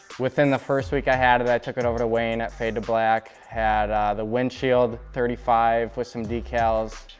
within the first week i had it, i took it over to wayne at fade to black. had the windshield thirty five for some decals.